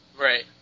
Right